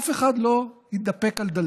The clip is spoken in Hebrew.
ואף אחד לא התדפק על דלתי,